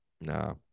Nah